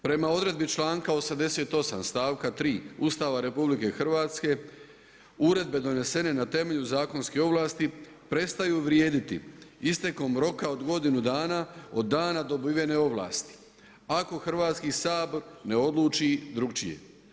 Prema odredbi članka 88. stavka 3. Ustava RH uredbe donesene na temelju zakonske ovlasti prestaju vrijediti istekom roka od godinu dana od dana dobivene ovlasti ako Hrvatski sabor ne odluči drukčije.